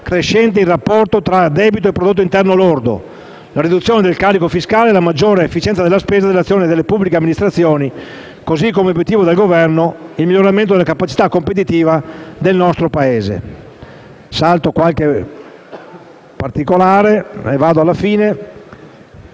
crescente il rapporto tra debito e prodotto interno lordo, la riduzione del carico fiscale e la maggiore efficienza della spesa e dell'azione delle pubbliche amministrazioni, così come è obiettivo del Governo il miglioramento della capacità competitiva del nostro Paese. Salto qualche particolare e mi avvio